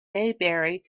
maybury